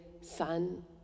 sun